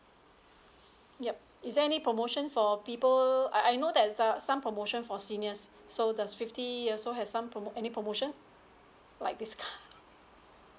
yup is there any promotion for people I I know there's there are some promotion for seniors so does fifty years old have some promo any promotion like discount